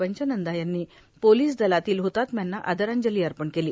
पंचनंदा यांनी पोलीस दलातल्या हतात्म्यांना आदरांजली अर्पण केली